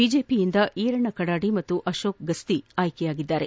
ಐಜೆಪಿಯಿಂದ ಈರಣ್ ಕಡಾಡಿ ಮತ್ತು ಅಕೋಕ್ ಗಸ್ತಿ ಆಯ್ಕೆಯಾಗಿದ್ದಾರೆ